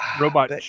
robot